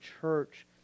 church